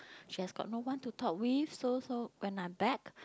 she has got no one to talk with so so when I'm back